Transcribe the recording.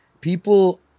people